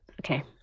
okay